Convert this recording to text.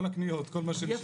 כל הקניות, כל מה שנשאר.